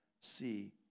see